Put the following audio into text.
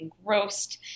engrossed